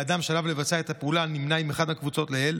והאדם שעליו לבצע את הפעולה נמנה עם אחת מהקבוצות לעיל,